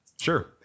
Sure